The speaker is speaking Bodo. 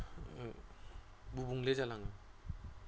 गुबुंले जालाङो